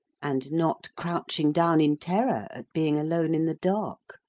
and not crouching down in terror at being alone in the dark.